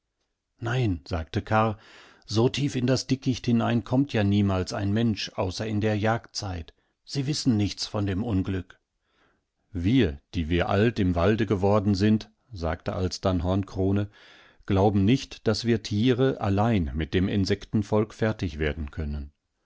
nein sagte karr so tief in das dickicht hinein kommt ja niemals ein mensch außer in der jagdzeit sie wissen nichts von dem unglück wir die wir alt im walde geworden sind sagte alsdann hornkrone glauben nicht daß wir tiere allein mit dem insektenvolk fertig werdenkönnen